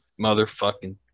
motherfucking